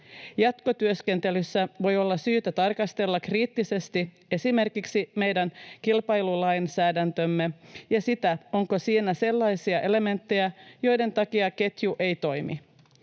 Jatkotyöskentelyssä voi olla syytä tarkastella kriittisesti esimerkiksi meidän kilpailulainsäädäntöämme ja sitä, onko siinä sellaisia elementtejä, joiden takia ketju ei toimi.